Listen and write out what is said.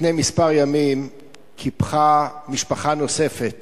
לפני כמה ימים קיפחה משפחה נוספת